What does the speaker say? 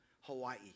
Hawaii